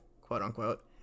quote-unquote